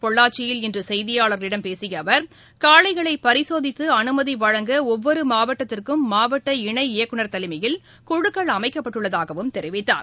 பொள்ளாச்சியில் இன்று செய்தியாளர்களிடம் பேசிய அவர் காளைகளை பரிசோதித்து அனுமதி வழங்க ஒவ்வொரு மாவட்டத்திற்கும் மாவட்ட இணை இயக்குனர் தலைமையில் குழுக்கள் அமைக்கப்பட்டுள்ளதாகவும் தெரிவித்தார்